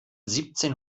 siebzehn